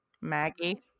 Maggie